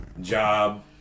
job